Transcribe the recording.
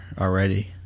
already